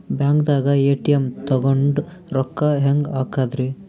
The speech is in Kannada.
ಬ್ಯಾಂಕ್ದಾಗ ಎ.ಟಿ.ಎಂ ತಗೊಂಡ್ ರೊಕ್ಕ ಹೆಂಗ್ ಹಾಕದ್ರಿ?